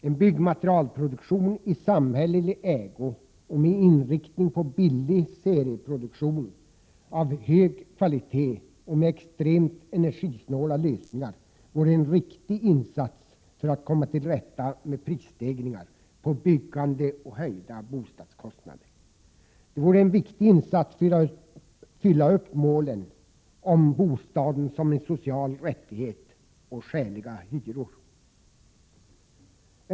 En byggmaterialproduktion i samhällelig ägo och med inriktning på billig serieproduktion av hög kvalitet och med extremt energisnåla lösningar vore en viktig insats för att komma till rätta med prisstegringar på byggande och höjda bostadskostnader. Det vore en viktig insats för att uppnå målen: bostaden som en social rättighet och skäliga hyror.